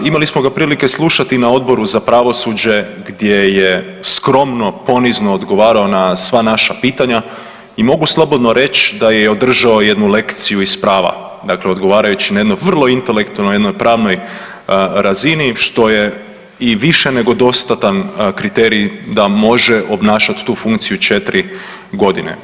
Imali smo ga prilike slušati na Odboru za pravosuđe gdje je skromno, ponizno odgovarao na sva naša pitanja i mogu slobodno reć da je održao jednu lekciju iz prava, dakle odgovarajući na jednoj vrlo intelektualnoj, jednoj pravnoj razini što je i više nego dostatan kriterij da može obnašat tu funkciju četiri godine.